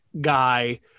guy